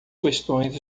questões